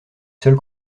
seul